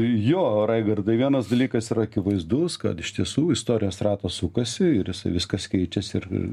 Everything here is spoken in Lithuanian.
jo raigardai vienas dalykas yra akivaizdus kad iš tiesų istorijos ratas sukasi ir jisai viskas keičiasi ir